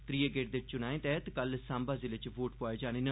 त्रीये गेड़ दे चुनाएं तैह्त कल सांबा जिले च वोट पुआए जाने न